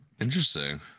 Interesting